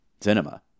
cinema